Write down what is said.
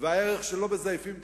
והערך שלא מזייפים בחירות.